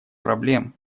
проблем